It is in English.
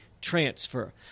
transfer